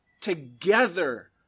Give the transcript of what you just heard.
together